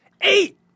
Eight